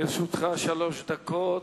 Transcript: לרשותך שלוש דקות.